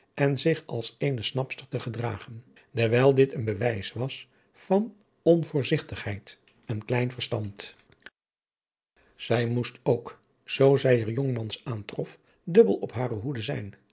en zich als eene snapster te gedragen derwijl dit een bewijs was van onvoorzigtigheid en klein verstand zij moest ook zoo zij er jongmans aantrof dubbel op haar hoede zijn